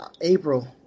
April